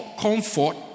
comfort